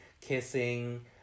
Kissing